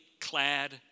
clad